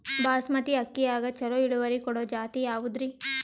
ಬಾಸಮತಿ ಅಕ್ಕಿಯಾಗ ಚಲೋ ಇಳುವರಿ ಕೊಡೊ ಜಾತಿ ಯಾವಾದ್ರಿ?